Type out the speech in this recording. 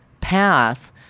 path